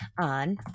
on